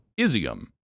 Izium